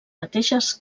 mateixes